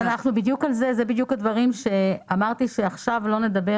אלה בדיוק הדברים שאמרתי שעכשיו לא נדבר